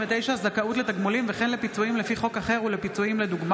39) (זכאות לתגמולים וכן לפיצויים לפי חוק אחר ולפיצויים לדוגמה),